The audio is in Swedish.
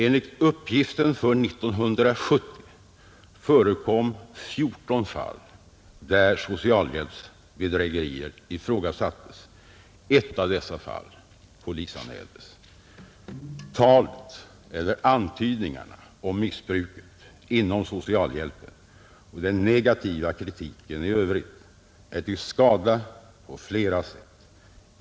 Enligt uppgifter för 1970 förekom 14 fall där socialhjälpsbedrägerier ifrågasattes, Ett av dessa fall polisanmäldes. Antydningarna om missbruk av socialhjälpen och den negativa kritiken i övrigt är till skada på flera sätt.